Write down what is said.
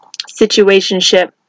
situationship